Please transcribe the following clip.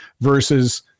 versus